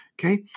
Okay